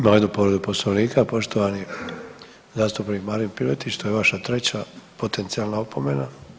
Imamo jednu povredu poslovnika, poštovani zastupnik Marin Piletić, to je vaša treća potencijalna opomena.